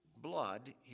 blood